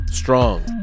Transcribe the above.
strong